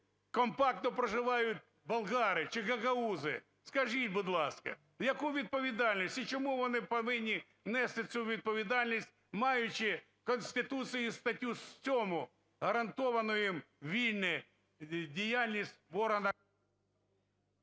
компактно проживають болгари чи гагаузи, скажіть, будь ласка, яку відповідальність, і чому вони повинні нести цю відповідальність, маючи Конституції статтю 7 гарантованої ..….. діяльність в органах…